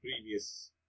previous